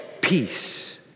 peace